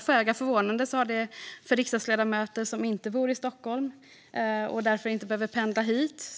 Föga förvånande har riksdagsledamöter som inte bor i Stockholm och som därför inte behövt pendla hit